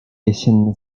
jesienne